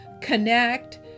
connect